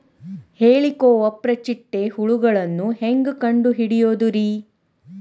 ಹೇಳಿಕೋವಪ್ರ ಚಿಟ್ಟೆ ಹುಳುಗಳನ್ನು ಹೆಂಗ್ ಕಂಡು ಹಿಡಿಯುದುರಿ?